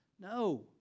No